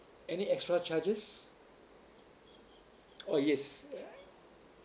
any extra charges oh yes